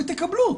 ואתם תקבלו.